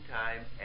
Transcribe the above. time